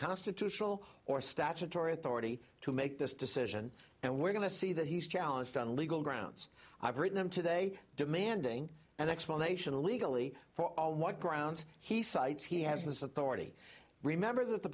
constitutional or statutory authority to make this decision and we're going to see that he's challenged on legal grounds i've written him today demanding an explanation legally for what grounds he cites he has this authority remember that the